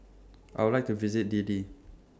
I Would like to visit Dili